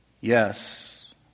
Yes